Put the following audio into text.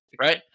Right